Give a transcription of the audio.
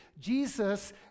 Jesus